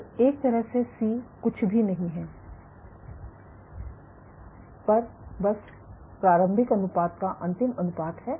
तो एक तरह से C कुछ भी नहीं है पर बस प्रारंभिक अनुपात का अंतिम अनुपात है